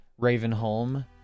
Ravenholm